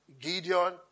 Gideon